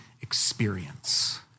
experience